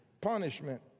punishment